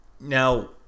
Now